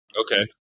Okay